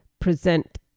present